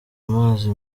amazi